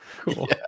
cool